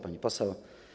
Pani Poseł!